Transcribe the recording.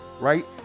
right